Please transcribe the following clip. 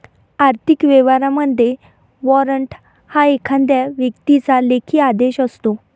आर्थिक व्यवहारांमध्ये, वॉरंट हा एखाद्या व्यक्तीचा लेखी आदेश असतो